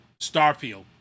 Starfield